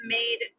made